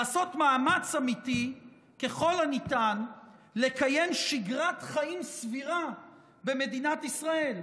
לעשות מאמץ אמיתי ככל הניתן לקיים שגרת חיים סבירה במדינת ישראל.